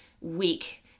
week